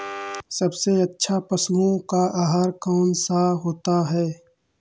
सबसे अच्छा पशुओं का आहार कौन सा होता है?